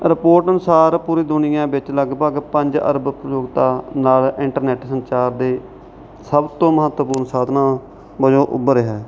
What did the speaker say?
report ਅਨੁਸਾਰ ਪੂਰੀ ਦੁਨੀਆਂ ਵਿੱਚ ਲਗਭਗ ਪੰਜ ਅਰਬ ਨਾਲ ਇੰਟਰਨੈੱਟ ਸੰਚਾਰ ਦੇ ਸਭ ਤੋਂ ਮਹੱਤਵਪੂਰਨ ਸਾਧਨਾਂ ਵਜੋਂ ਉੱਭਰ ਰਿਹਾ ਹੈ